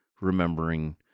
remembering